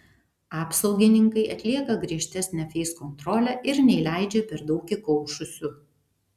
apsaugininkai atlieka griežtesnę feiskontrolę ir neįleidžia per daug įkaušusių